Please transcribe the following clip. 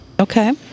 Okay